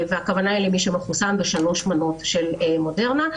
הכוונה למי שמחוסן בשלוש מנות של מודרנה.